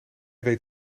weet